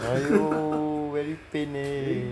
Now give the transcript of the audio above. !aiyo! very pain leh